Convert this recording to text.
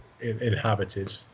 inhabited